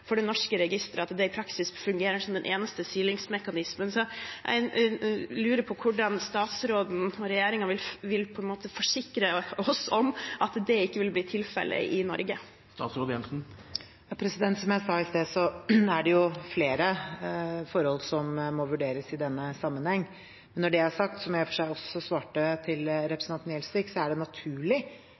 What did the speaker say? det norske registeret, at det i praksis fungerer som den eneste silingsmekanismen. Jeg lurer på hvordan statsråden og regjeringen vil forsikre oss om at det ikke vil bli tilfellet i Norge. Som jeg sa i sted, er det flere forhold som må vurderes i denne sammenheng. Når det er sagt, er det – som jeg i og for seg også svarte representanten Gjelsvik